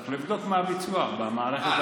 צריך לבדוק מה הביצוע במערכת,